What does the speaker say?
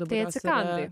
tai atsikandai